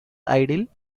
idle